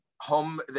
home